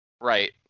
Right